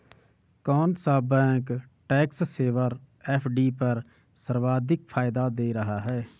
कौन सा bank tax saver FD पर सर्वाधिक फायदा दे रहा है?